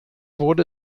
wurde